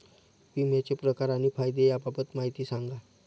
विम्याचे प्रकार आणि फायदे याबाबत माहिती सांगा